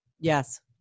Yes